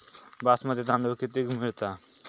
बासमती तांदूळ कितीक मिळता?